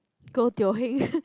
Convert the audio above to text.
go Teo-Heng